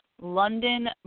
London